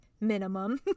minimum